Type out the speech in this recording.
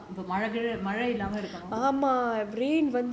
பண்ணனும் பாக்கலாம் மழை இல்லாம இருக்கனும்:pannanum paakkalaam malai illama irukkanum